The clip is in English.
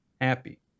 happy